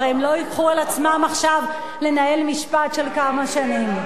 הרי הם לא ייקחו על עצמם עכשיו לנהל משפט של כמה שנים.